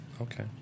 Okay